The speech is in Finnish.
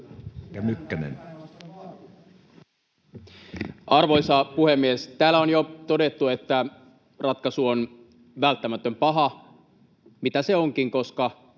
Arvoisa puhemies! Täällä on jo todettu, että ratkaisu on välttämätön paha, mitä se onkin, koska